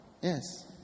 Yes